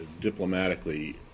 diplomatically